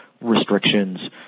restrictions